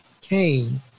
Cain